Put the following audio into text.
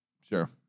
Sure